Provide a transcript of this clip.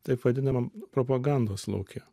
taip vadinamam propagandos lauke